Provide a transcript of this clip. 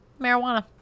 Marijuana